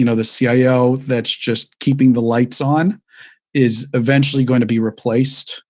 you know the so cio that's just keeping the lights on is eventually going to be replaced.